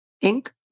ink